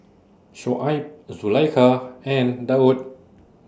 Shoaib Zulaikha and Daud